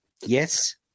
Yes